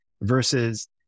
versus